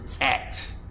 act